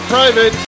Private